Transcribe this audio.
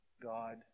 God